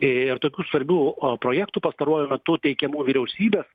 ir tokių svarbių projektų pastaruoju metu teikiamų vyriausybės